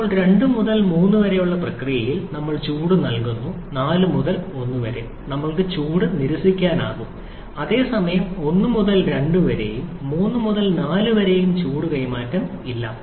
ഇപ്പോൾ 2 മുതൽ 3 വരെയുള്ള പ്രക്രിയയിൽ ഞങ്ങൾക്ക് ചൂട് കൂടുന്നു 4 മുതൽ 1 വരെ ഞങ്ങൾക്ക് ചൂട് നിരസിക്കാനാകും അതേസമയം 1 മുതൽ 2 വരെയും 3 മുതൽ 4 വരെയും ചൂട് കൈമാറ്റം ഇല്ല